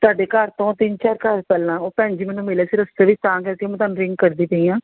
ਤੁਹਾਡੇ ਘਰ ਤੋਂ ਤਿੰਨ ਚਾਰ ਘਰ ਪਹਿਲਾਂ ਉਹ ਭੈਣ ਜੀ ਮੈਨੂੰ ਮਿਲੇ ਸੀ ਰਸਤੇ ਵਿੱਚ ਤਾਂ ਕਰਕੇ ਮੈਂ ਤੁਹਾਨੂੰ ਰਿੰਗ ਕਰਦੀ ਪਈ ਹਾਂ